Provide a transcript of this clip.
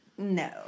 No